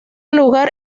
lugar